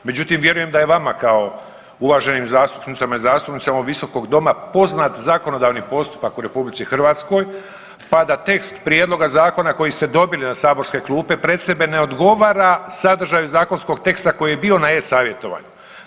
Međutim, vjerujem da je vama kao uvaženim zastupnicima i zastupnicama u ovog visokog doma poznat zakonodavni postupak u RH pa da tekst prijedloga zakona koji ste dobili na saborske klupe pred sebe ne odgovara sadržaju zakonskog teksta koji je bio na e-savjetovanju.